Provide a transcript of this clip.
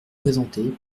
présenté